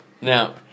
Now